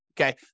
okay